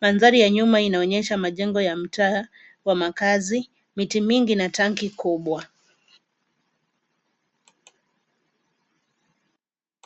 Mandhari ya nyuma inaonyesha majengo ya mtaa wa makazi, miti mingi na tanki kubwa.